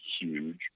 huge